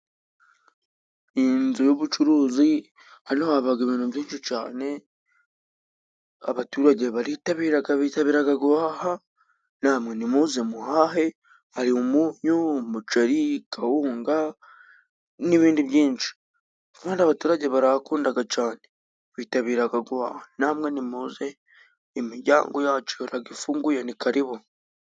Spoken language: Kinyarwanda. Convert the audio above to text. Iyi ni inzu y'ubucuruzi, hano hava ibintu byinshi cyane, abaturage baritabira, bitabira guhaha, namwe nimuze muhahe, hari umunyu, umuceri, kawunga n'ibindi. Kandi abaturage barahakunda cyane bitabira guhaha, namwe nimuze imiryango yacu ihora ifunguye ni karibu.